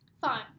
fine